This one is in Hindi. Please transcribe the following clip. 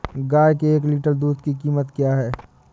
गाय के एक लीटर दूध की कीमत क्या है?